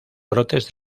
brotes